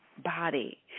body